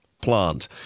plant